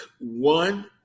one